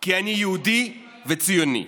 כי אני יהודי וציוני.